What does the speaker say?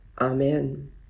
Amen